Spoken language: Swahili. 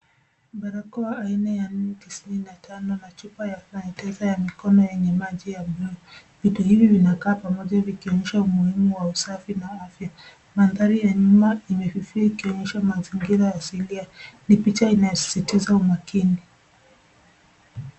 Barakoa aina ya Multi 25 na chupa ya sanitizer ya mikono yenye maji ya buluu. Vitu hivi vinakaa pamoja vikionyesha umuhimu wa usafi na afya. Mandhari ya nyuma imefifia ikionyesha mazingira asilia. Ni picha inayosisitiza umakini.